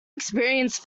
experience